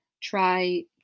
try